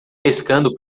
pescando